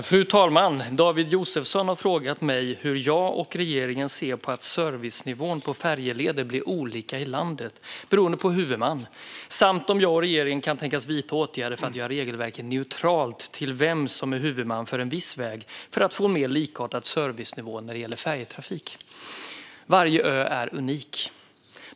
Fru talman! David Josefsson har frågat mig hur jag och regeringen ser på att servicenivån på färjeleder blir olika i landet beroende på huvudman samt om jag och regeringen kan tänkas vidta åtgärder för att göra regelverket neutralt till vem som är huvudman för en viss väg för att få en mer likartad servicenivå när det gäller färjetrafik. Varje ö är unik.